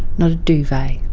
not a duvet,